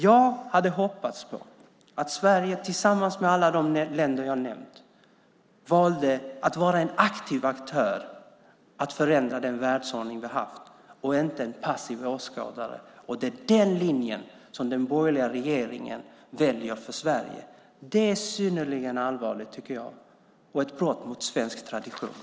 Jag hade hoppats att Sverige tillsammans med alla de länder vi har nämnt skulle välja att vara en aktiv aktör för att förändra den världsordning vi har haft, inte en passiv åskådare. Men det är den linjen som den borgerliga regeringen väljer för Sverige. Det är synnerligen allvarligt, tycker jag, och ett brott mot svensk tradition.